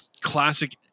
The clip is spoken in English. classic